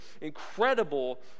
incredible